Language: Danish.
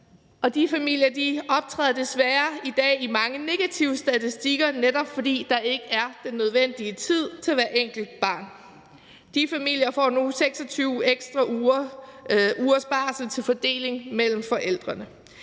De familier optræder i dag desværre i mange negative statistikker, netop fordi der ikke er den nødvendige tid til hvert enkelt barn. De familier får nu 26 ekstra ugers barsel til fordeling mellem forældrene.